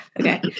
Okay